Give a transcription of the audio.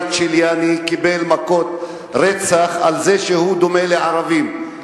צ'יליאני קיבל מכות רצח על זה שהוא דומה לערבי.